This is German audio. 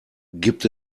gibt